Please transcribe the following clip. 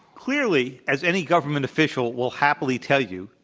clearly, as any government official will happily tell you,